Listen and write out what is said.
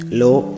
low